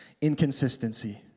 inconsistency